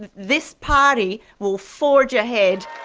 this party will forge ahead.